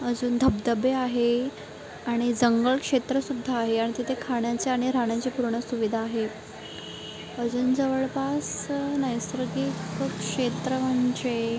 अजून धबधबे आहे आणि जंगल क्षेत्रसुद्धा आहे आणि तिथे खाण्याची आणि राहण्याची पूर्ण सुविधा आहे अजून जवळपास नैसर्गिक क्षेत्र म्हणजे